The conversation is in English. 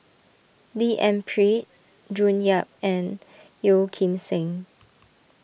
D N Pritt June Yap and Yeo Kim Seng